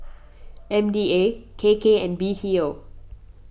M D A K K and B T O